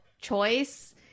choice